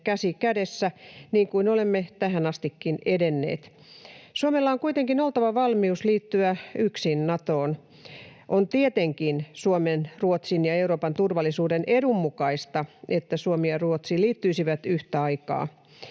käsi kädessä, niin kuin olemme tähän astikin edenneet. Suomella on kuitenkin oltava valmius liittyä yksin Natoon. On tietenkin Suomen, Ruotsin ja Euroopan turvallisuuden edun mukaista, että Suomi ja Ruotsi liittyisivät yhtä aikaa.